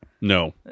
No